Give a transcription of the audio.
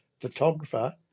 photographer